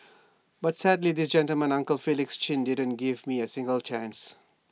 but sadly this gentleman uncle Felix chin didn't give me A single chance